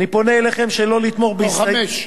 אני פונה אליכם שלא לתמוך, לא, חמש.